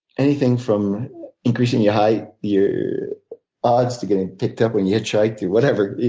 anything from increasing your height, your odds to getting picked up when you hitchhike to whatever.